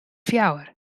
fjouwer